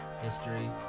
history